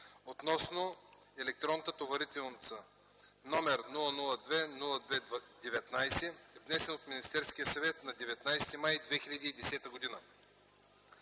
относно електронната товарителница, № 002-02-19, внесен от Министерския съвет на 19 май 2010 г.